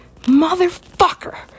motherfucker